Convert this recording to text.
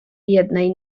jednej